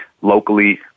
locally